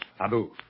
Abu